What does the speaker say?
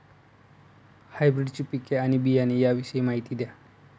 हायब्रिडची पिके आणि बियाणे याविषयी माहिती द्या